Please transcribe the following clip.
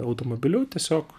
automobiliu tiesiog